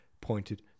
pointed